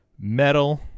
metal